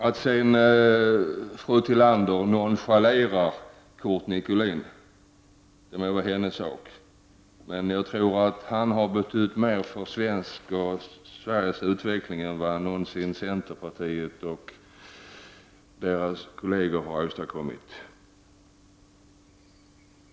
Att fru Tillander nonchalerar Curt Nicolin får stå för hennes räkning. Men jag tror att Curt Nicolin betytt mer för Sveriges utveckling än vad centern och de andra partier som har samma uppfattning någonsin har åstadkommit.